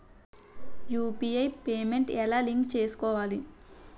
UPI payment ఎలా link చేసుకోవాలి?